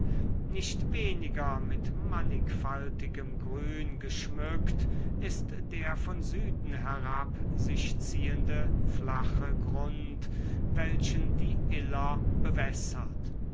nicht weniger mit mannigfaltigem grün geschmückt ist der von süden herab sich ziehende flache grund welchen die iller bewässert